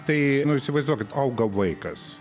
tai įsivaizduokit auga vaikas